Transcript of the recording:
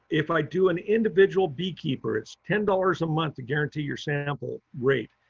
if i do an individual beekeeper it's ten dollars a month to guarantee your sample rate.